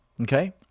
Okay